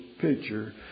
picture